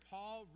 Paul